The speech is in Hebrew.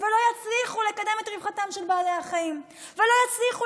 ולא יצליחו לקדם את רווחתם של בעלי החיים ולא יצליחו